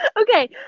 okay